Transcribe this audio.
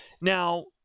now